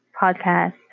podcast